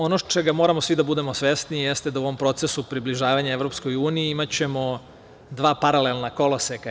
Ono čega moramo svi da budemo svesni jeste da ćemo u ovom procesu približavanja EU imati dva paralelna koloseka.